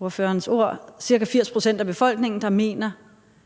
ordførerens ord, ca. 80 pct. af befolkningen, der mener,